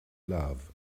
love